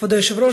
כבוד היושב-ראש,